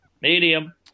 Medium